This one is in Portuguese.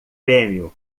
prêmio